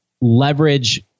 leverage